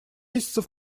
месяцев